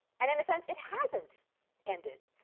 and in a sense it hasn't ended.